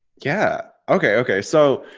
yeah, okay. okay, so,